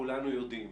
כולנו יודעים.